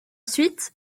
suite